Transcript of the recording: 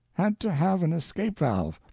had to have an escape-valve,